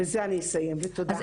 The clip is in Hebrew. בזה אני אסיים, ותודה.